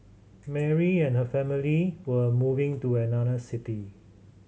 Mary and her family were moving to another city